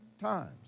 times